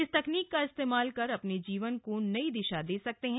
इस तकनीक का इस्तेमाल कर अपने जीवन को नई दिशा दे सकते हैं